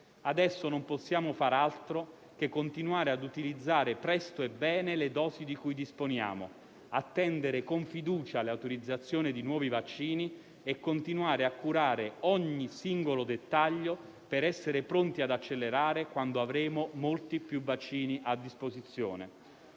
Adesso non possiamo far altro che continuare a utilizzare presto e bene le dosi di cui disponiamo; attendere con fiducia l'autorizzazione di nuovi vaccini e continuare a curare ogni singolo dettaglio per essere pronti ad accelerare quando avremo molti più vaccini a disposizione.